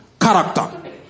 character